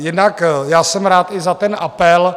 Jinak já jsem rád i za ten apel.